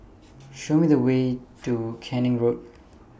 Show Me The Way to Canning Lane